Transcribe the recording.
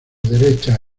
derecha